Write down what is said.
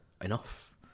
enough